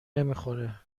نمیخوره